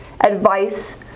advice